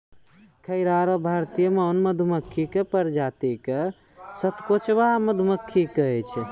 खैरा या भारतीय मौन मधुमक्खी के प्रजाति क सतकोचवा मधुमक्खी कहै छै